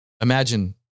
imagine